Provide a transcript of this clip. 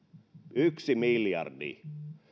yksi miljardi